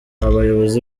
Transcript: bayobozi